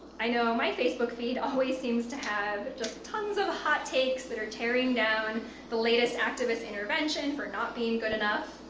i know my facebook feed always seems to have just tons of hot takes that are tearing down the latest activist intervention for not being good enough.